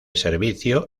servicio